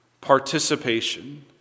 participation